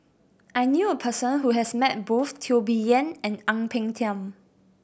I knew a person who has met both Teo Bee Yen and Ang Peng Tiam